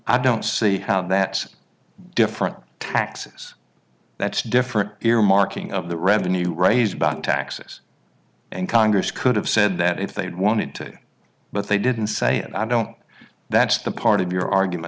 i don't see how that's different taxes that's different earmarking of the revenue raised about taxes and congress could have said that if they'd wanted to but they didn't say i don't that's the part of your argument